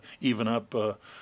even-up